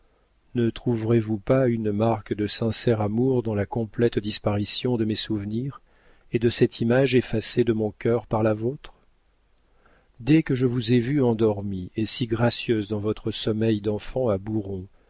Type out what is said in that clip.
ne trouverez-vous pas une marque de sincère amour dans la complète disparition de mes souvenirs et de cette image effacée de mon cœur par la vôtre dès que je vous ai vue endormie et si gracieuse dans votre sommeil d'enfant à